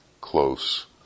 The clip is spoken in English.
close